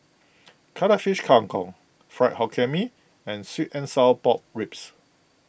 Cuttlefish Kang Kong Fried Hokkien Mee and Sweet and Sour Pork Ribs